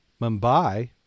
Mumbai